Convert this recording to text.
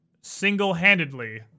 single-handedly